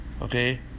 Okay